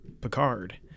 Picard